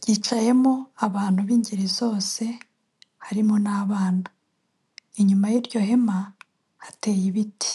ryicayemo abantu b'ingeri zose harimo n'abana inyuma y'iryo hema hateye ibiti.